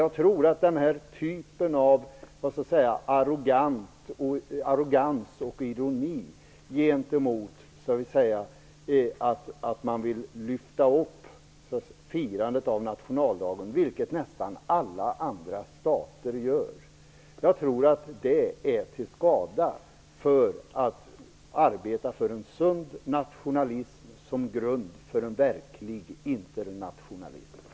Jag tror att den här typen av arrogans och ironi gentemot dem som vill lyfta upp firandet av nationaldagen - vilket nästan alla andra stater gör - är till skada för arbetet för en sund nationalism som grund för en verklig internationalism.